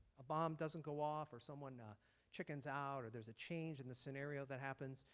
a bomb doesn't go off or someone chickens out or there's a change in the scenario that happens,